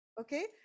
Okay